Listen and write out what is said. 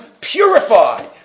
purify